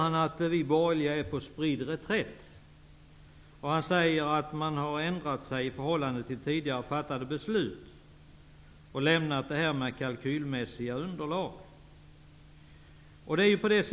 Han sade att vi borgerliga är på spridd reträtt och att vi har ändrat oss i förhållande till tidigare fattade beslut och lämnat tanken på kalkylmässiga underlag.